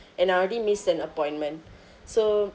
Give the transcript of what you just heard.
and I already missed an appointment so